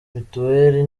mituweri